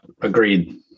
agreed